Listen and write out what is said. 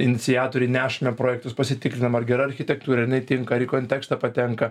iniciatoriai nešame projektus pasitikrinam ar gera architektūra jinai tinka ar į kontekstą patenka